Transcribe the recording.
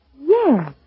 Yes